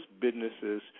businesses